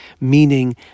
Meaning